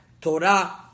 Torah